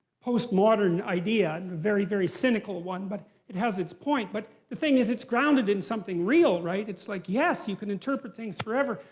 post-modern idea, and a very, very cynical one, but it has its point. but the thing is it's grounded in something real, right? it's like, yes, you can interpret things forever.